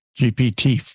GPT